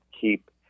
keep